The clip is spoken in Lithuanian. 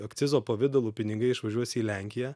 akcizo pavidalu pinigai išvažiuos į lenkiją